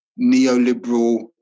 neoliberal